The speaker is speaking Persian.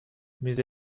میز